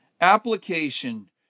application